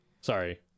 Sorry